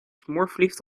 smoorverliefd